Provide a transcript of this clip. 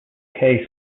case